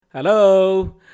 Hello